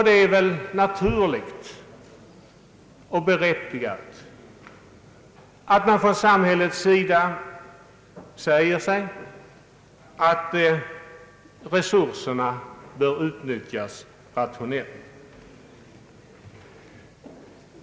Det är naturligt och berättigat att man från samhällets sida anser att dessa resurser bör utnyttjas rationellt.